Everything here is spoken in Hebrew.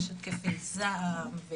יש לה התקפי זעם,